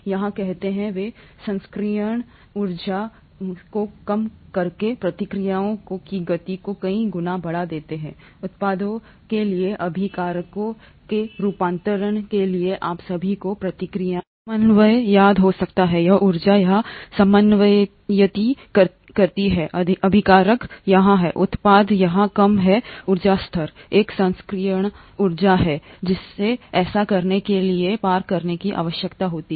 यहाँ कहते हैं वे सक्रियण ऊर्जा को कम करके प्रतिक्रियाओं की गति को कई गुना बढ़ा देते हैं उत्पादों के लिए अभिकारकों के रूपांतरण के लिए आप सभी को प्रतिक्रिया समन्वय याद हो सकता है यहाँ ऊर्जा यहाँ समन्वयित करती है अभिकारक यहाँ हैं उत्पाद यहाँ कम हैं ऊर्जा स्तर एक सक्रियण ऊर्जा है जिसे ऐसा करने के लिए पार करने की आवश्यकता होती है